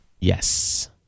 Yes